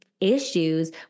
issues